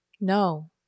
no